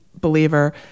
believer